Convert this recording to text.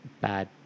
bad